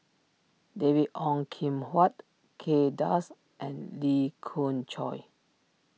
David Ong Kim Huat Kay Das and Lee Khoon Choy